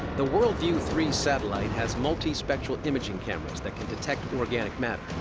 the worldview three satellite has multispectral imaging cameras that can detect organic matter